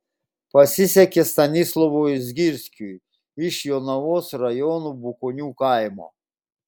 pasisekė stanislovui zgirskui iš jonavos rajono bukonių kaimo